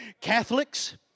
Catholics